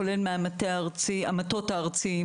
כולל מהמטות הארציים,